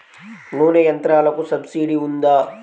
నూనె యంత్రాలకు సబ్సిడీ ఉందా?